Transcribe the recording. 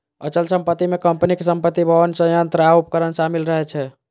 अचल संपत्ति मे कंपनीक संपत्ति, भवन, संयंत्र आ उपकरण शामिल रहै छै